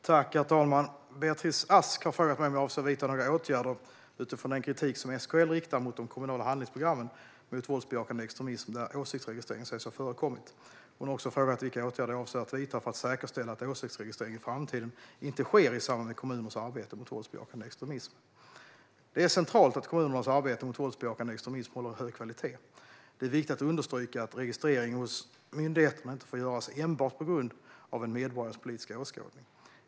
Herr talman! Beatrice Ask har frågat mig om jag avser att vidta några åtgärder utifrån den kritik som SKL riktar mot de kommunala handlingsprogrammen mot våldsbejakande extremism, där åsiktsregistrering sägs ha förekommit. Hon har också frågat vilka åtgärder jag avser att vidta för att säkerställa att åsiktsregistrering i framtiden inte sker i samband med kommuners arbete mot våldsbejakande extremism. Det är centralt att kommunernas arbete mot våldsbejakande extremism håller hög kvalitet. Det är viktigt att understryka att registrering hos myndigheterna inte får göras enbart på grund av en medborgares politiska åskådning.